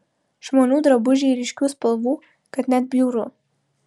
žmonių drabužiai ryškių spalvų kad net bjauru